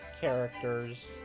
characters